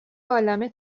عالمه